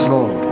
Lord